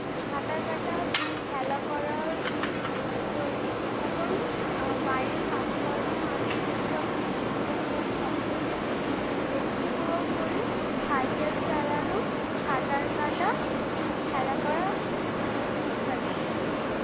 সাঁতার কাটা খেলা করার মতন বাইরের কাজকর্ম আছে যেগুলো আমি উপভোগ করি সবথেকে বেশি উপভোগ করি সাইকেল চালানো সাঁতার কাটা খেলা করা ইত্যাদি